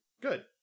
Good